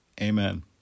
Amen